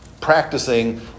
practicing